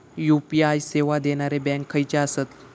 UPI सेवा देणारे bank खयचे आसत?